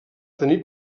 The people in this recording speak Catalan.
tenir